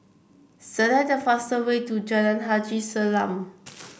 select the fastest way to Jalan Haji Salam